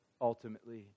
ultimately